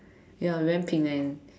ya we went Penang